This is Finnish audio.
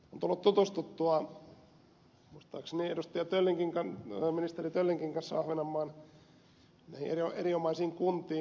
on tullut tutustuttua muistaakseni ministeri töllinkin kanssa ahvenanmaan näihin erinomaisiin kuntiin